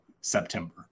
September